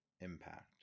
impact